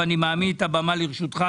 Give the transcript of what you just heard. ואני מעמיד את הבמה לרשותך,